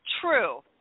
True